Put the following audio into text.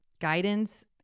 guidance